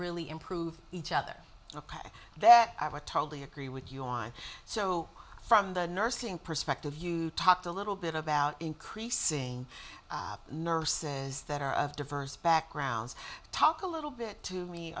really improve each other ok that are totally agree with you on so from the nursing perspective you talked a little bit about increasing nurses that are of diverse backgrounds talk a little bit to me